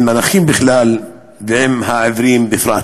עם הנכים בכלל ועם העיוורים בפרט.